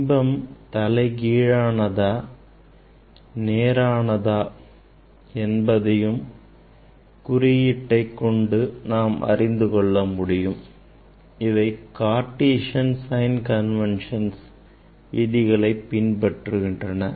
பிம்பம் தலைகீழானதா நேரானதா என்பதையும் குறியீட்டைக் கொண்டு நாம் அறிந்து கொள்ள முடியும் இவை Cartesian sign convention விதிகளை பின்பற்றுகின்றன